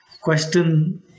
question